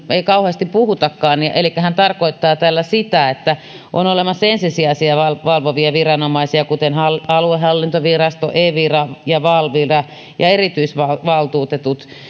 ei kauheasti puhutakaan elikkä hän tarkoittaa tällä sitä että on olemassa ensisijaisia valvovia viranomaisia kuten aluehallintovirasto evira ja valvira ja erityisvaltuutetut